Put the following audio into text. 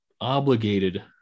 obligated